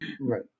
Right